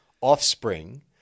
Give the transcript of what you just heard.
offspring